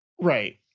Right